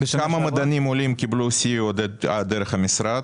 כמה מדענים עולים קיבלו סיוע דרך המשרד.